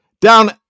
Down